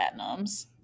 Platinums